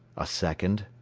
a second,